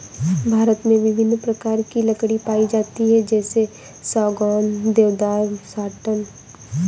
भारत में विभिन्न प्रकार की लकड़ी पाई जाती है जैसे सागौन, देवदार, साटन